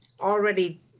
already